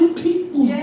people